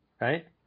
Right